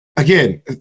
Again